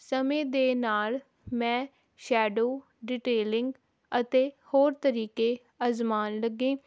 ਸਮੇਂ ਦੇ ਨਾਲ ਮੈਂ ਸ਼ੈਡੋ ਡਿਟੇਲਿੰਗ ਅਤੇ ਹੋਰ ਤਰੀਕੇ ਅਜ਼ਉਮਾਣ ਲੱਗੀ